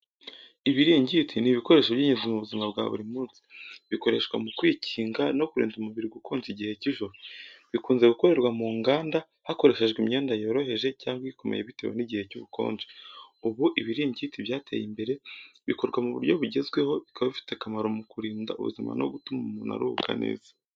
Ibiringiti ni ibikoresho by’ingenzi mu buzima bwa buri munsi, bikoreshwa mu kwikinga no kurinda umubiri gukonja igihe cy’ijoro. Bikunze gukorerwa mu nganda, hakoreshejwe imyenda yoroheje cyangwa ikomeye bitewe n’igihe cy’ubukonje. Ubu, ibiringiti byateye imbere bikorwa mu buryo bugezweho, bikaba bifite akamaro mu kurinda ubuzima no gutuma umuntu aruhuka neza.